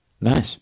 Nice